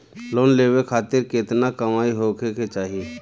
Loan लेवे खातिर केतना कमाई होखे के चाही?